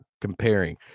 comparing